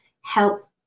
help